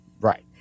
Right